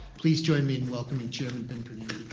please join me in welcoming chairman ben bernanke.